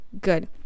good